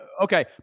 okay